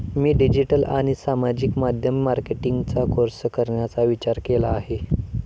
मी digital आणि सामाजिक माध्यम मार्केटिंगचा कोर्स करण्याचा विचार केला आहे